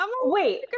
wait